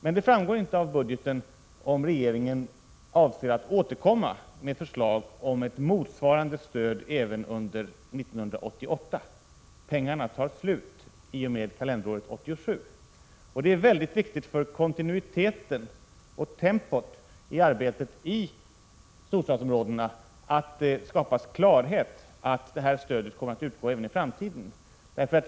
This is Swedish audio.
Men det framgår inte av budgetpropositionen om regeringen avser att återkomma med förslag om motsvarande stöd även under 1988. Pengarna tar slut i och med kalenderåret 1987, och det är oerhört viktigt för kontinuiteten och tempot i arbetet i storstadsområdena att det skapas klarhet om att stödet kommer att utgå även i framtiden.